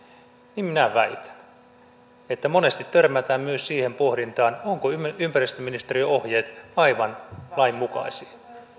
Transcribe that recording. niin minä väitän että monesti törmätään myös siihen pohdintaan ovatko ympäristöministeriön ohjeet aivan lainmukaisia